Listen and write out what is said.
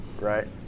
Right